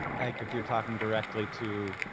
like if you're talking directly to,